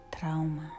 Trauma